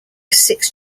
six